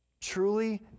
Truly